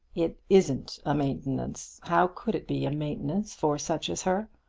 it isn't a maintenance. how could it be a maintenance for such as her?